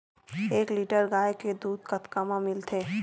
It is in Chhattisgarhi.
एक लीटर गाय के दुध कतका म मिलथे?